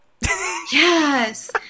Yes